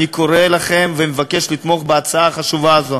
אני קורא לכם ומבקש לתמוך בהצעה החשובה הזו.